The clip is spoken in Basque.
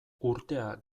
urtea